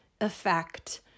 effect